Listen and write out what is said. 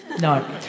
No